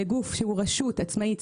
לגוף שהוא רשות עצמאית,